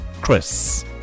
Chris